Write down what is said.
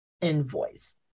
invoice